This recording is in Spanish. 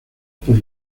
por